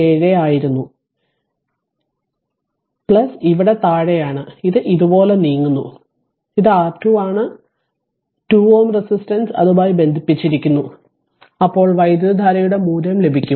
947 ആയിരുന്നു ഇവിടെ താഴെയാണ് ഇത് ഇതുപോലെ നീങ്ങുന്നു ഇത് R2 ആണ് 2Ω റെസിസ്റ്റൻസ് അതുമായി ബന്ധിപ്പിച്ചിരിക്കുന്നു ഇപ്പോൾ വൈദ്യുതധാരയുടെ മൂല്യം ലഭിക്കും